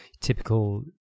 typical